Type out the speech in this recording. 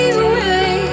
away